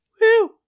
woo